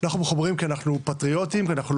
אנחנו מחוברים כי אנחנו פטריוטים ואנחנו